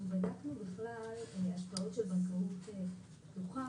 אנחנו בדקנו בכלל הצעות של בנקאות פתוחה,